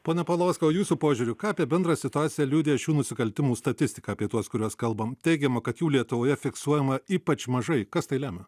pone paulauskai jūsų požiūriu ką apie bendrą situaciją liudija šių nusikaltimų statistika apie tuos kuriuos kalbam teigiama kad jų lietuvoje fiksuojama ypač mažai kas tai lemia